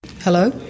Hello